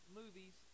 movies